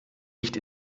nicht